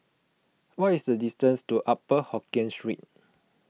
what is the distance to Upper Hokkien Street